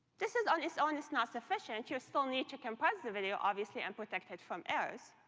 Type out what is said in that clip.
this is, on its own, it's not sufficient. you still need to compress the video, obviously, and protect it from errors.